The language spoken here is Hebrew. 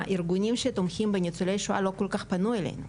הארגונים שתומכים בניצולי שואה לא פנו אלינו.